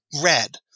red